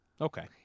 Okay